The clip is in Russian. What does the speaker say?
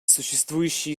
существующие